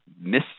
miss